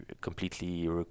completely